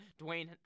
Dwayne